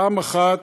ראשית,